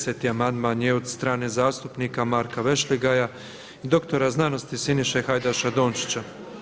Deseti amandman je od strane zastupnika Marka Vešligaja i doktora znanosti Siniše Hajdaša Dončića.